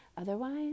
Otherwise